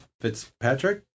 Fitzpatrick